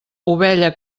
ovella